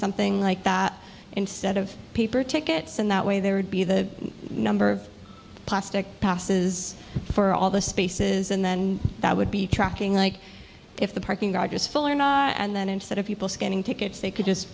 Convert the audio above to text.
something like that instead of paper tickets and that way there would be the number of plastic passes for all the spaces and then that would be tracking like if the parking garage was full or not and then instead of people getting tickets they could just